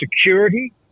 security